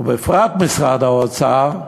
ובפרט משרד האוצר,